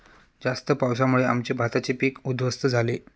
जास्त पावसामुळे आमचे भाताचे पीक उध्वस्त झाले